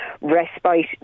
respite